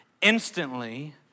instantly